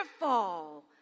Wonderful